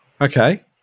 Okay